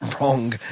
wrong